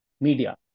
media